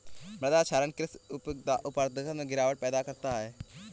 मृदा क्षरण कृषि उत्पादकता में गिरावट पैदा करता है